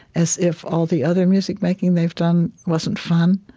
as if all the other music-making they've done wasn't fun.